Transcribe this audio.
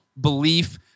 belief